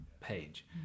page